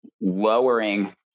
lowering